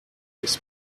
his